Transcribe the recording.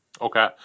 Okay